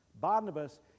Barnabas